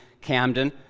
Camden